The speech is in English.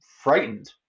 frightened